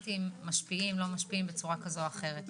הרלוונטיים משפיעים או לא כך או אחרת.